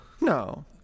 No